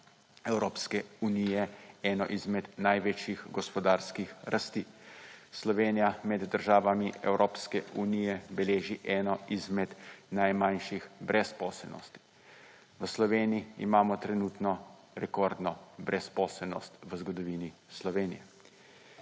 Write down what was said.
Evropske unije eno izmed največjih gospodarskih rasti. Slovenija med državami Evropske unije beleži eno izmed najmanjših brezposelnosti. V Sloveniji imamo trenutno rekordno brezposelnost v zgodovini Slovenije.